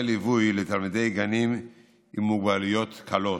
ליווי לתלמידי גנים עם מוגבלויות קלות.